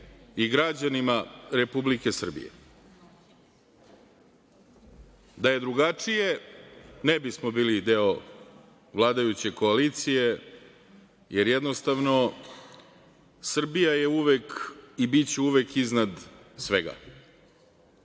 i građanima Republike Srbije. Da je drugačije ne bismo bili deo vladajuće koalicije, jer jednostavno Srbija je uvek i biće uvek iznad svega. Nisam